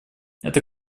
это